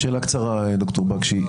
שאלה קצרה, ד"ר בקשי.